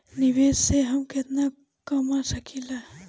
निवेश से हम केतना कमा सकेनी?